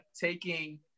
taking